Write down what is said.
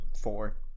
four